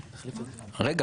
רגע,